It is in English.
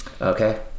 Okay